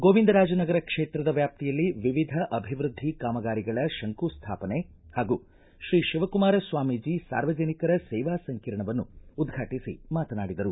ಗೋವಿಂದರಾಜನಗರ ಕ್ಷೇತ್ರದ ವ್ಯಾಸ್ತಿಯಲ್ಲಿ ವಿವಿಧ ಅಭಿವೃದ್ದಿ ಕಾಮಗಾರಿಗಳ ಶಂಕು ಸ್ಥಾಪನೆ ಹಾಗೂ ತ್ರೀ ಶಿವಕುಮಾರ ಸ್ವಾಮೀಜಿ ಸಾರ್ವಜನಿಕರ ಸೇವಾ ಸಂಕೀರ್ಣವನ್ನು ಉದ್ಘಾಟಿಸಿ ಮಾತನಾಡಿದರು